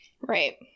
Right